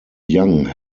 young